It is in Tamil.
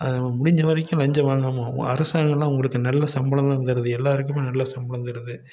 முடிஞ்ச வரைக்கும் லஞ்சம் வாங்காமல் அரசாங்கமெலாம் உங்களுக்கு நல்ல சம்பளம் தான் தருது எல்லோருக்குமே நல்ல சம்பளம் தருது